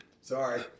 Sorry